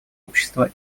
общества